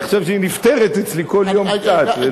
אני חושב שהיא נפתרת אצלי כל יום קצת,